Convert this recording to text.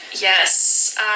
Yes